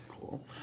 Cool